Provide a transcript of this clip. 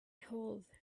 hold